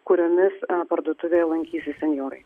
kuriomis parduotuvėje lankysis senjorai